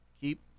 keep